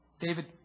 David